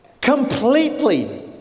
Completely